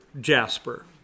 Jasper